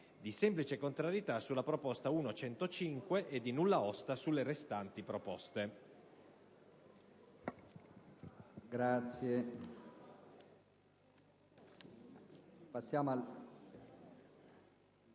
di semplice contrarietà sulla proposta 1.105 e di nulla osta sulle restanti proposte».